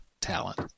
talent